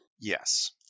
Yes